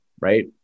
right